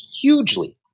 hugely